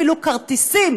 אפילו כרטיסים